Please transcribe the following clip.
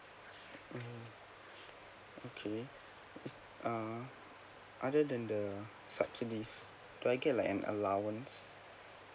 mmhmm okay uh other than the subsidy can I get like an allowance